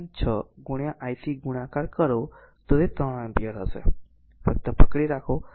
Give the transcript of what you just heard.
6 I થી ગુણાકાર કરો તો તે 3 એમ્પીયર હશે ફક્ત પકડી રાખો